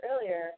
earlier